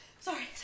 Sorry